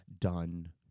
done